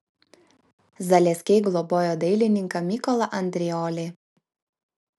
zaleskiai globojo dailininką mykolą andriolį